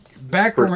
back